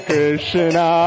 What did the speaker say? Krishna